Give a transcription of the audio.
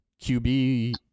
QB